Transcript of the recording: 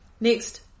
Next